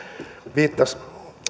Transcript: viittasi